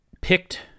picked